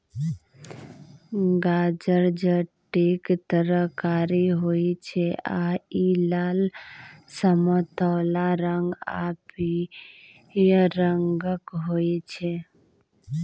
गाजर जड़िक तरकारी होइ छै आ इ लाल, समतोला रंग आ पीयर रंगक होइ छै